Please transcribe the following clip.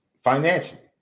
financially